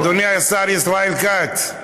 אדוני השר ישראל כץ,